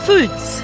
Foods